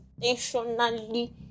intentionally